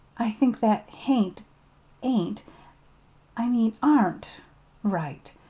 i think that hain't ain't i mean aren't right.